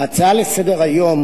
ההצעה לסדר-היום